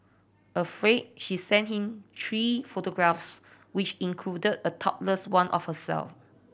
afraid she sent him three photographs which included a topless one of herself